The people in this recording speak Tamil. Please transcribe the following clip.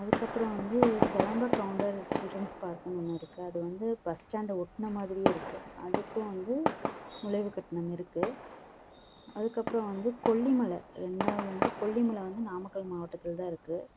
அதுக்கப்புறம் வந்து சிலம்ப கவுண்டர் சில்ட்ரன்ஸ் பார்க்குனு ஒன்று இருக்கு அது வந்து பஸ் ஸ்டாண்டை ஒட்டின மாதிரியே இருக்கு அதுக்கும் வந்து நுழைவு கட்டணம் இருக்கு அதுக்கப்பறம் வந்து கொல்லிமலை ரெண்டாவது வந்து கொல்லிமலை வந்து நாமக்கல் மாட்டத்தில் தான் இருக்கு